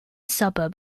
suburb